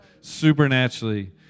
supernaturally